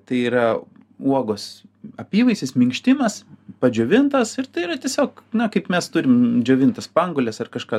tai yra uogos apyvaisis minkštimas padžiovintas ir tai yra tiesiog na kaip mes turim džiovintas spanguoles ar kažką